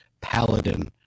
paladin